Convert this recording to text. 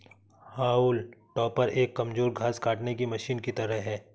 हाउल टॉपर एक कमजोर घास काटने की मशीन की तरह है